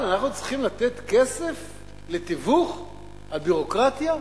אנחנו צריכים לתת כסף לתיווך על ביורוקרטיה?